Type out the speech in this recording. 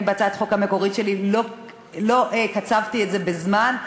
בהצעת החוק המקורית שלי לא קצבתי את זה בזמן.